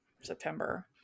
September